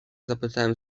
zapytałem